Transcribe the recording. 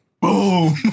boom